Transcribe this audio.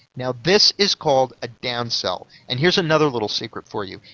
now this is called a downsell, and here's another little secret for you.